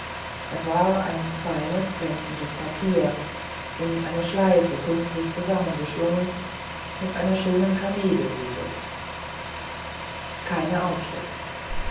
es war ein feines glänzendes papier in eine schleife künstlich zusammengeschlungen mit einer schönen kamee gesiegelt keine aufschrift